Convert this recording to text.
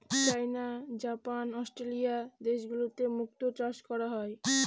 চাইনা, Japan, Australia দেশগুলোতে মুক্তো চাষ করা হয়